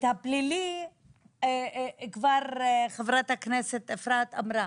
את הפלילי כבר חברת הכנסת אפרת אמרה,